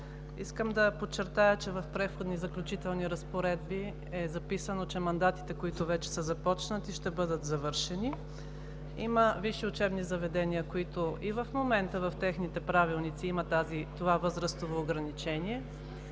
Искам да подчертая, че в Преходните и заключителните разпоредби е записано, че мандатите, които вече са започнати, ще бъдат завършени. Има висши учебни заведения, на които и в момента в техните правилници има това възрастово ограничение,